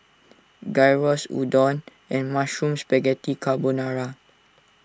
Gyros Udon and Mushroom Spaghetti Carbonara